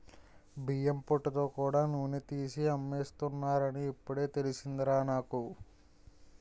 బియ్యం పొట్టుతో కూడా నూనె తీసి అమ్మేస్తున్నారని ఇప్పుడే తెలిసిందిరా నాకు